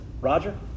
Roger